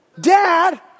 Dad